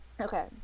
Okay